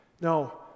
No